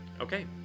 okay